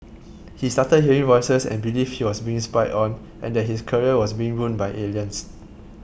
he started hearing voices and believed he was being spied on and that his career was being ruined by aliens